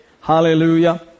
Hallelujah